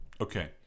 Okay